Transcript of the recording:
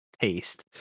taste